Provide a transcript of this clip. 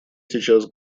сейчас